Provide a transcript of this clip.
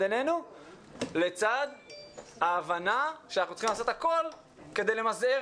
עינינו לצד ההבנה שאנחנו צריכים לעשות הכול כדי למזער